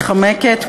מתחמקת,